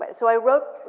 so i wrote,